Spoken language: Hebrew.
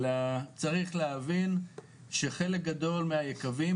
אלא צריך להבין שחלק גדול מהיקבים,